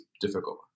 difficult